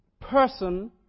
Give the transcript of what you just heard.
person